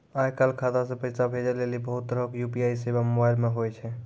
आय काल खाता से पैसा भेजै लेली बहुते तरहो के यू.पी.आई सेबा मोबाइल मे होय छै